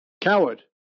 coward